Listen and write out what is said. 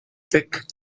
thick